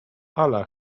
ala